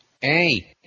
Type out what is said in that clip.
Hey